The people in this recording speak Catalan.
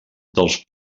dels